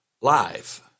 live